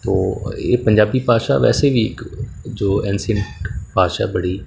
ਤਾਂ ਇਹ ਪੰਜਾਬੀ ਭਾਸ਼ਾ ਵੈਸੇ ਵੀ ਇੱਕ ਜੋ ਐਨਸੀਅੰਟ ਭਾਸ਼ਾ ਬੜੀ